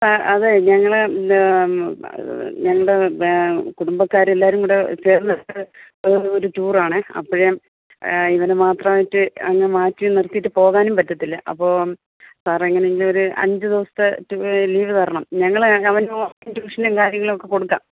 അതെ ഞങ്ങൾ ഞങ്ങളുടെ കുടുംബക്കാരെല്ലാവരും കൂടെ ചേർന്ന് ഒരു ടൂറാണെ അപ്പോൾ ഇവനെ മാത്രമായിട്ട് അങ്ങ് മാറ്റി നിർത്തിയിട്ട് പോകാനും പറ്റത്തില്ല അപ്പോൾ സാറ് എങ്ങനെയെങ്കിലുമൊരു അഞ്ചു ദിവസത്തെ ലീവ് തരണം ഞങ്ങൾ അവന് ട്യൂഷനും കാര്യങ്ങളൊക്കെ കൊടുക്കാം